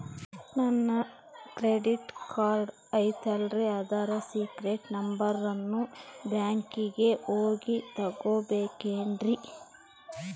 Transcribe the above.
ನನ್ನ credit card ಐತಲ್ರೇ ಅದರ ಸೇಕ್ರೇಟ್ ನಂಬರನ್ನು ಬ್ಯಾಂಕಿಗೆ ಹೋಗಿ ತಗೋಬೇಕಿನ್ರಿ?